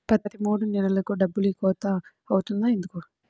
ప్రతి మూడు నెలలకు డబ్బులు కోత అవుతుంది ఎందుకు?